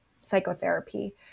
psychotherapy